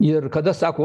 ir kada sako